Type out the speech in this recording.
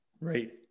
Right